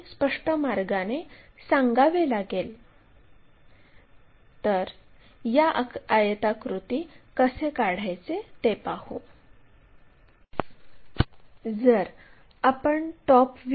आता लाईनच्या प्रोजेक्शन्ससाठी अजून एक उदाहरण सोडवू